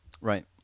Right